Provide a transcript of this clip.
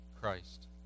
Christ